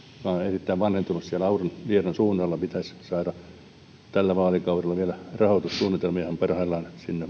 erittäin vanhentunut auran ja liedon suunnalla pitäisi saada rahoitus vielä tällä vaalikaudella suunnitelmiahan sinne parhaillaan